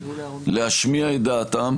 להשמיע את דעתם,